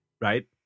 right